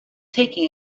taken